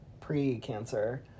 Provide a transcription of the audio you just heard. pre-cancer